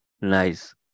Nice